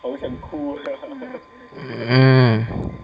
mm